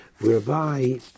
whereby